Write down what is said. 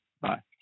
bye